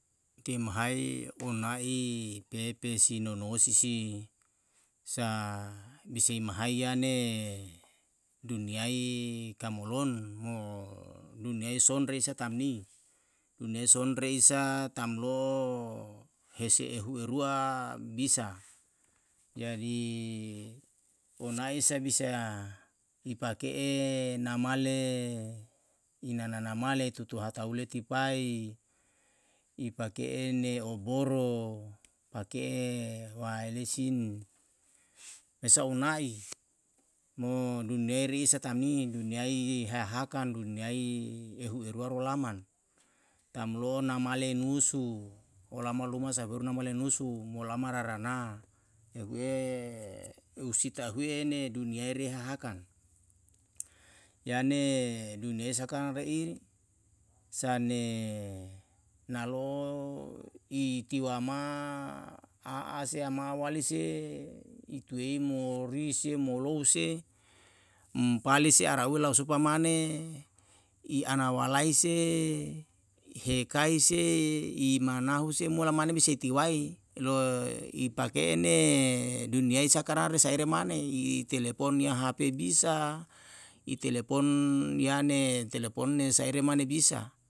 Iti mhai una'i pepesi nonoesi si sa bisa i mahai yane dunyai kamulon mo dunyai sonre isa tamni, dunyai sonre isa tam lo'o hese ehu erua bisa. jadi onae isa bisae a i pake'e namale i nana male tutu hata ule tipai, i pake'ene oboro pake'e waelesin. mesa una'i mo dunyai re isa tamni dunyai he haka dunyai ehu erua rolaman, tamlo'o na male nusu olama luma sae heru nama lae nusu molama rarana ehu'e eusi tahue ne dunyai re hahakan. yane dunyai sakana re'i sa ne nalo'o i tiwa ma a ase ama wali se i tuei mo rise mo lou se mpali se araue lau supa mane i ana walai se hekai se i manahu se mola mane bisa i tiwai lo i pake'ene dunyai saka rare saere mane i telepon ya hp bisa i telepon yane telepon ne saere mane bisa